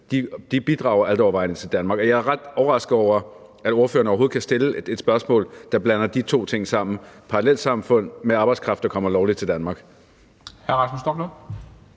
bidrager altovervejende til Danmark. Jeg er ret overrasket over, at ordføreren overhovedet kan stille et spørgsmål, der blander de to ting sammen: parallelsamfund med arbejdskraft, der kommer lovligt til Danmark.